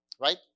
right